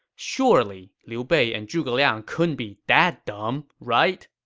surely liu bei and zhuge liang couldn't be that dumb, right?